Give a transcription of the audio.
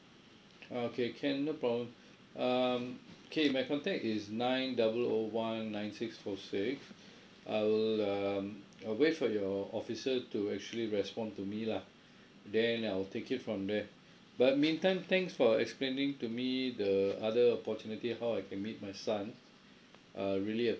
okay can no problem um okay my contact is nine double O one nine six four six I will um I'll wait for your officer to actually respond to me lah then I'll take it from there but mean time thanks for explaining to me the other opportunity how I can meet my son uh really